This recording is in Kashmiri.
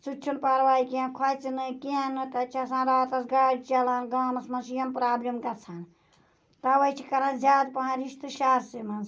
سُی تہِ چھُنہٕ پَرواے کینٛہہ کھوژِ نہٕ کینٛہہ نہٕ تَتہِ چھِ آسان راتَس گاڈِ چَلان گامَس مَنٛز چھِ یِم پرابلِم گَژھان تَوَے چھِ کَران زیاد پَہَم رِشتہِ شَہرسے مَنٛز